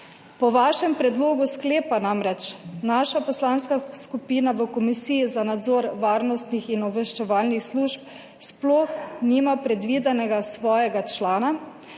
Po vašem predlogu sklepa namreč naša poslanska skupina v Komisiji za nadzor varnostnih in obveščevalnih služb sploh nima predvidenega svojega člana,